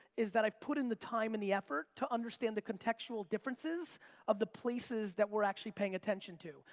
is that i've put in the time and the effort to understand the contextual differences of the places that we're actually paying attention to.